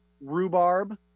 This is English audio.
rhubarb